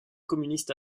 communiste